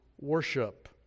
worship